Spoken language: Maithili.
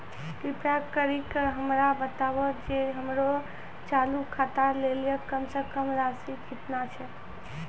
कृपा करि के हमरा बताबो जे हमरो चालू खाता लेली कम से कम राशि केतना छै?